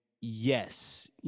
yes